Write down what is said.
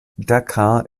dakar